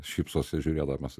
šypsosi žiūrėdamas